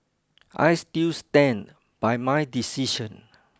I still stand by my decision